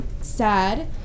sad